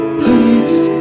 please